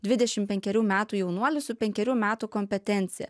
dvidešim penkerių metų jaunuolis su penkerių metų kompetencija